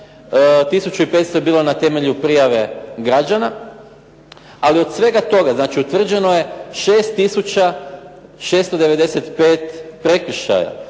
1500 je bilo na temelju prijave građana, ali od svega toga, znači utvrđeno je 6695 prekršaja